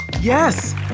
Yes